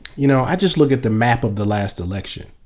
you know, i just look at the map of the last election,